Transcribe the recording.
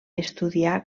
estudià